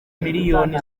miliyoni